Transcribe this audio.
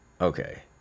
Okay